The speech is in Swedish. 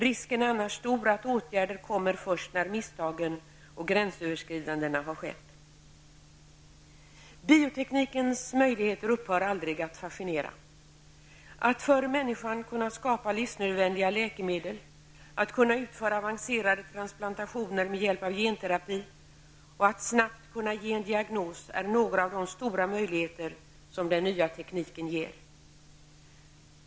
Risken är annars stor för att åtgärder kommer först när misstagen och gränsöverskridandena har skett. Bioteknikens möjligheter upphör aldrig att fascinera. Att för människan kunna skapa livsnödvändiga läkemedel, att kunna utföra avancerade transplantationer med hjälp av genterapi och att snabbt kunna ställa en diagnos är några av de stora möjligheter som den nya tekniken ger.